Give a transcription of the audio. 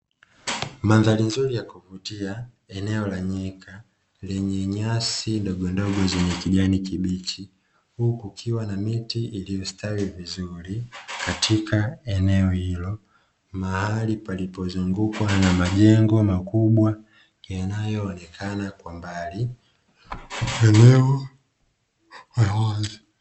Mandhari nzuri ya kuvutia, eneo la nyika lenye nyasi ndogondogo zenye kijani kibichi, huku kukiwa na miti iliyostawi vizuri katika eneo hilo, mahali palipozungukwa na majengo makubwa yanayoonekana kwa mbali eneo la wazi.